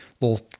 little